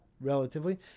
relatively